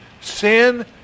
sin